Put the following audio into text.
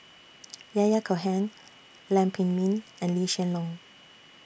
Yahya Cohen Lam Pin Min and Lee Hsien Loong